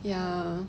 ya